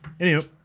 Anywho